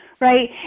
right